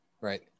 Right